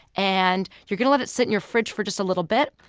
and you're going to let it sit in your fridge for just a little bit,